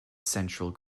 central